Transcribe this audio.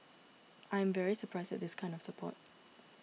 I am very surprised at this kind of support